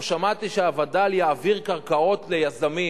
או שמעתי שהווד"ל יעביר קרקעות ליזמים,